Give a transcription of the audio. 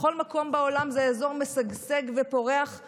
בכל מקום בעולם זה אזור משגשג ופורח,